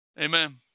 Amen